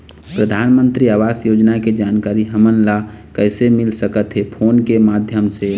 परधानमंतरी आवास योजना के जानकारी हमन ला कइसे मिल सकत हे, फोन के माध्यम से?